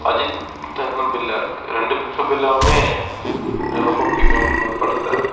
அஜித்டேயும் பில்லா இருக்குது ரெண்டு பேரும் பில்லாவும் ரொம்ப பிடிக்கும் அந்த படத்தை